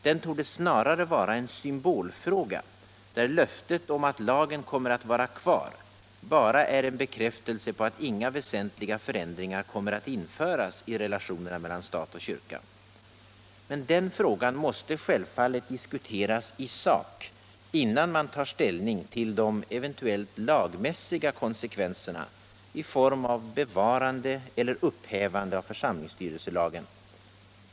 Den torde snarare vara en symbolfråga, där löftet om att lagen kommer att vara kvar bara är en bekräftelse på att inga väsentliga förändringar kommer att införas i relationerna mellan stat och kyrka. Men den frågan måste självfallet diskuteras i sak innan man tar ställning till de eventuella lagmässiga konsekvenserna i form av bevarande eller upphävande av församlingsstyrelselagen.